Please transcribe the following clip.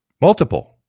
Multiple